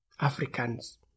Africans